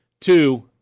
two